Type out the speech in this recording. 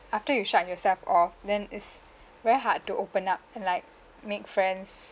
after you shut yourself off then it's very hard to open up and like make friends